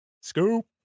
Scoop